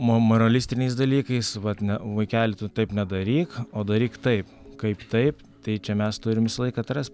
mo moralistiniais dalykais vat ne vaikeli tu taip nedaryk o daryk taip kaip taip tai čia mes turim visąlaik atras